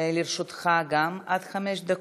גם לרשותך עד חמש דקות.